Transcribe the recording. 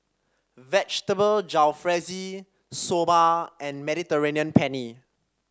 Vegetable Jalfrezi Soba and Mediterranean Penne